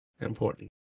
important